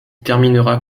terminera